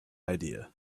idea